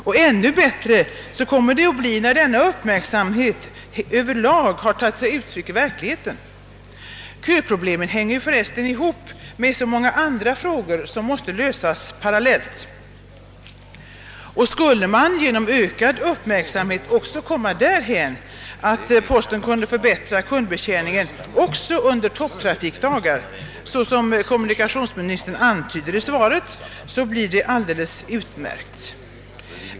Och ännu bättre kommer det att bli när detta över lag satt spår i verkligheten. Köproblemet hänger emellertid samman med så många andra frågor som måste lösas parallellt. Och skulle man genom ökad uppmärksamhet också komma därhän, att posten kunde förbättra kundbetjäningen även under topptrafikda gar, såsom kommunikationsministern antyder i svaret, så är det alldeles utmärkt.